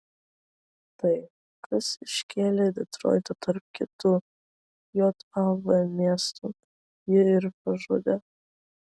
tai kas iškėlė detroitą tarp kitų jav miestų jį ir pražudė